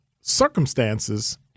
circumstances